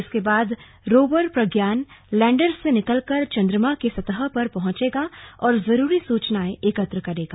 इसके बाद rover Pragyan lander से निकलकर चंद्रमा की सतह पर पहुंचेगा और जरूरी सूचनाएं एकत्र करेगा